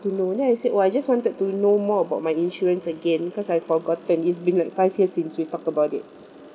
to know then I said oh I just wanted to know more about my insurance again cause I've forgotten it's been like five years since we talked about it